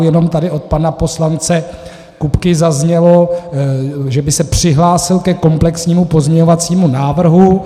Jenom tady od pana poslance Kupky zaznělo, že by se přihlásil ke komplexnímu pozměňovacímu návrhu.